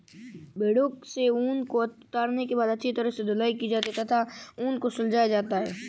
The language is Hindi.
भेड़ों से ऊन को उतारने के बाद अच्छी तरह से धुलाई की जाती है तथा ऊन को सुलझाया जाता है